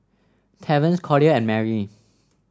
Terrance Collier and Merrie